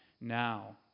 now